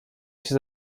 się